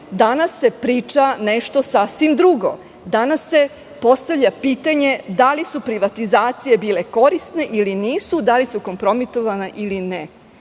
danas se priča nešto sasvim drugo. Danas se postavlja pitanje – da li su privatizacije bile korisne ili nisu? Da li su kompromitovane ili ne?